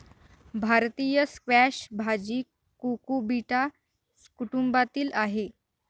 भारतीय स्क्वॅश भाजी कुकुबिटा कुटुंबातील आहे